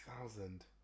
thousand